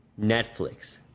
netflix